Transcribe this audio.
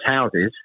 houses